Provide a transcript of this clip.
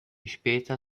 später